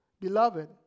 beloved